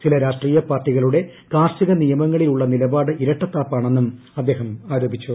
ചില രാഷ്ട്രീയ പാർട്ടികളുടെ കാർഷിക നിയമങ്ങളിൽ ഉള്ള നിലപാട് ഇരട്ടത്താപ്പാണെന്നും അദ്ദേഹം ആരോപിച്ചു